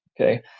Okay